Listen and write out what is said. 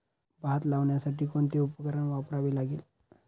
भात लावण्यासाठी कोणते उपकरण वापरावे लागेल?